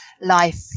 life